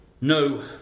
No